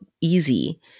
easy